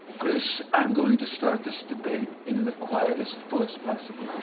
chris, i'm going to start this debate in the quietest voice possible.